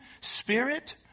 Spirit